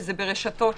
שזה ברשתות,